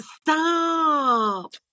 stop